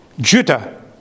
Judah